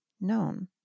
known